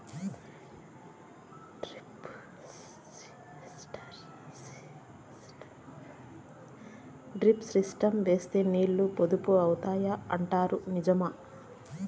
Drip system వేస్తే నీళ్లు పొదుపు అవుతాయి అంటారు నిజమా?